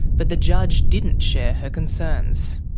but the judge didn't share her concerns.